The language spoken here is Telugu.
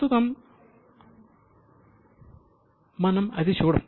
ప్రస్తుతం మనం అది చూడం